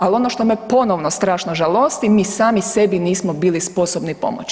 Ali ono što me ponovno strašno žalosti mi sami sebi nismo bili sposobni pomoći.